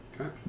Okay